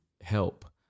help